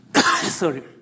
Sorry